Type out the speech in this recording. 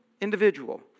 individual